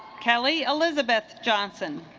kelly elizabeth johnson